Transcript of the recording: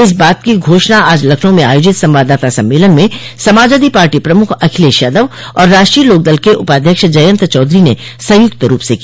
इस बात की घोषणा आज लखनऊ में आयोजित संवाददाता सम्मेलन में समाजवादी पार्टी प्रमुख अखिलेश यादव और राष्ट्रीय लोकदल के उपाध्यक्ष जयन्त चौधरी ने संयुक्त रूप से की